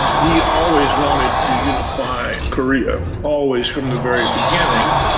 he always wanted to unify korea, always from the very beginning.